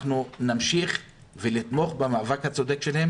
אנחנו נמשיך לתמוך במאבק הצודק שלהם